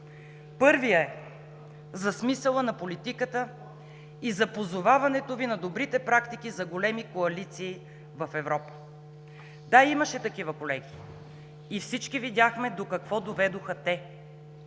първият е за смисъла на политиката и позоваването Ви на добрите практики за големи коалиции в Европа. Да, имаше такива, колеги, и всички видяхме до какво доведоха те